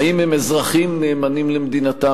האם הם אזרחים נאמנים למדינתם,